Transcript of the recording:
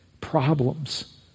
problems